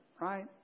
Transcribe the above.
Right